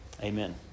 amen